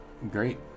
Great